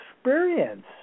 experience